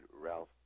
ralph